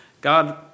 God